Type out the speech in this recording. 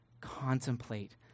Contemplate